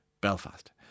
Belfast